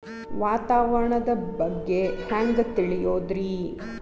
ವಾತಾವರಣದ ಬಗ್ಗೆ ಹ್ಯಾಂಗ್ ತಿಳಿಯೋದ್ರಿ?